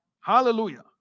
Hallelujah